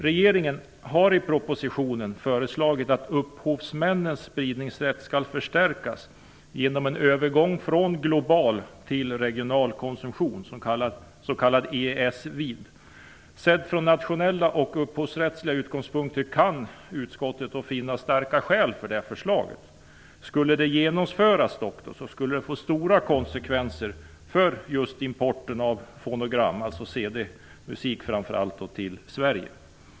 Regeringen har i propositionen föreslagit att upphovsmännens spridningsrätt skall förstärkas genom en övergång från global till regional konsumtion, s.k. EES-vid. Sett från nationella och upphovsrättsliga utgångspunkter kan utskottet finna starka skäl för förslaget. Om det genomfördes skulle det dock få stora konsekvenser för importen av fonogram, dvs. framför allt CD-musik, till Sverige.